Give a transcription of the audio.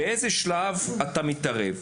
באיזה שלב אתה מתערב?